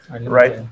right